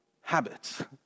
habits